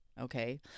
okay